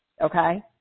Okay